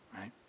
right